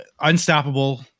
unstoppable